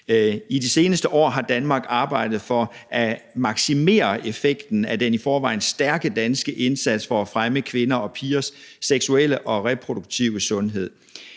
I de seneste år har Danmark arbejdet for at maksimere effekten af den i forvejen stærke danske indsats for at fremme kvinder og pigers seksuelle og reproduktive sundhed.